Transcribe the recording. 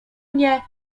mnie